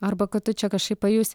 arba kad tu čia kažkaip pajusi